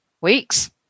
weeks